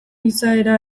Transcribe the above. izaera